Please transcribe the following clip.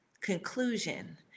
conclusion